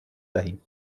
دهیم